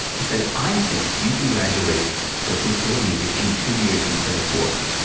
he said, i think you can graduate berklee school of music in two years instead of four.